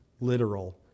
literal